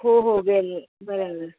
हो हो गेले बरोबर